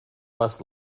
must